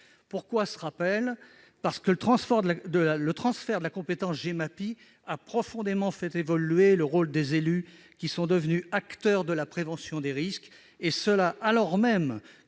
Pourquoi ce rappel ? Parce que le transport de la compétence Gemapi a profondément fait évoluer le rôle des élus, qui sont devenus acteurs de la prévention des risques, et ce alors même